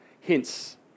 hints